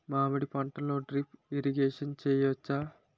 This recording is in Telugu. మామిడి పంటలో డ్రిప్ ఇరిగేషన్ చేయచ్చా?